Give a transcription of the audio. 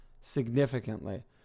significantly